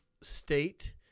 state